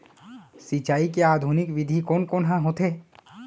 सिंचाई के आधुनिक विधि कोन कोन ह होथे?